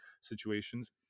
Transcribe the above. situations